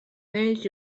neix